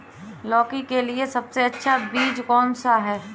लौकी के लिए सबसे अच्छा बीज कौन सा है?